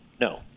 No